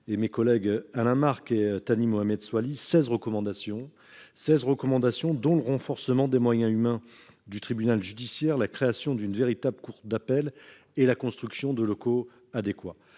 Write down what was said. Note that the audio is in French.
et mes collègues Alain Marc et Thani Mohamed Soilihi, seize recommandations, dont le renforcement des moyens humains du tribunal judiciaire, la création d'une véritable cour d'appel et la construction de locaux adéquats.